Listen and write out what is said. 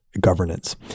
Governance